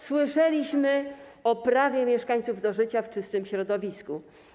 Słyszeliśmy o prawie mieszkańców do życia w czystym środowisku.